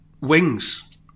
wings